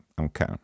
okay